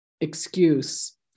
excuse